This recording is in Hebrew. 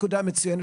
מצוינת,